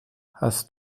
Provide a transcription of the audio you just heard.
hast